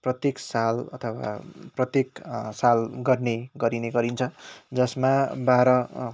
प्रत्येक साल अथवा प्रत्येक साल गर्ने गरिने गरिन्छ जसमा बाह्र